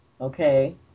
okay